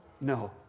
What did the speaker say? No